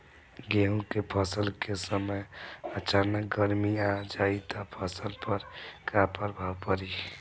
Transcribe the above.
गेहुँ के फसल के समय अचानक गर्मी आ जाई त फसल पर का प्रभाव पड़ी?